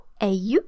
au